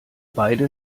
beide